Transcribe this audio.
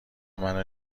منو